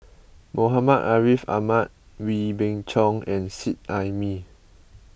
Muhammad Ariff Ahmad Wee Beng Chong and Seet Ai Mee